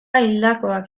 hildakoak